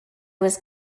was